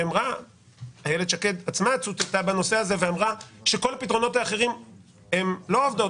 איילת שקד עצמה צוטטה ואמרה שכל הקסמים האחרונים לא עובדים